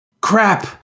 Crap